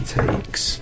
takes